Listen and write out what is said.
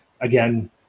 again